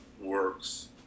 works